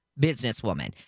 businesswoman